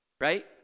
right